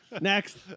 next